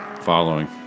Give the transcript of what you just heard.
Following